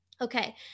Okay